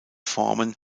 formen